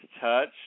touch